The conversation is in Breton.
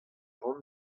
ran